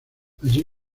allí